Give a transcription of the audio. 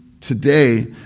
today